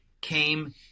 came